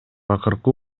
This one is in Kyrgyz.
акыркы